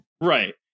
Right